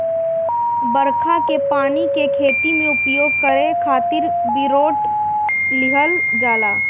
बरखा के पानी के खेती में उपयोग करे खातिर बिटोर लिहल जाला